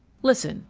listen,